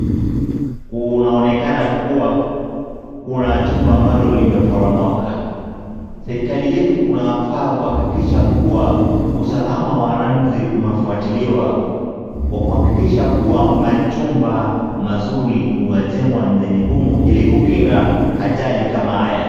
Kunaonekana kuwa kuna chumba ambalo limeporomoka. Serikali yetu unafaa kuhakikisha kuwa usalama wa landri umefuatiliwa kwa kuhakikisha kuwa machumba mazuri yamejengwa nchini humu ili kukinga ajali kama haya.